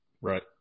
Right